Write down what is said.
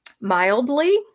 mildly